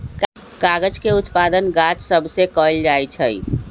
कागज के उत्पादन गाछ सभ से कएल जाइ छइ